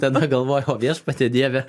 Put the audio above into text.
tada galvojau o viešpatie dieve